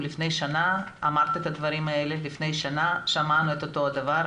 שלפני שנה אמרת את הדברים האלה ולפני שנה שמענו אותו דבר,